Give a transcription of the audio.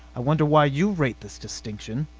i wonder why you rate this distinction?